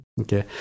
Okay